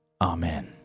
amen